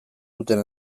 duten